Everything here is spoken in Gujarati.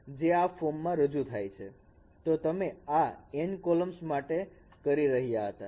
જે આ ફોર્મ મા રજૂ થાય છેતો તમે આ n કોલમ્સ માટે કરી રહ્યા હતા